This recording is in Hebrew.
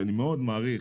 שאני מאוד מעריך